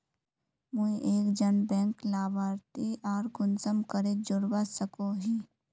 मुई एक जन बैंक लाभारती आर कुंसम करे जोड़वा सकोहो ही?